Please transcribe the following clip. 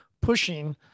pushing